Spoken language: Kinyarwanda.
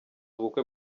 ubukwe